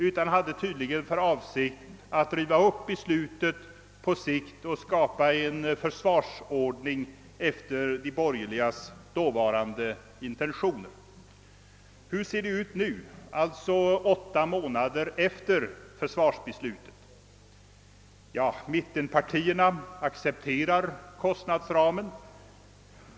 Man hade tydligen för avsikt att riva upp beslutet på sikt och skapa en försvarsordning enligt de borgerligas dåvarande intentioner. Hur ser det ut nu, alltså åtta månader efter försvarsbeslutet? Ja, mittenpartierna accepterar kostnadsramen.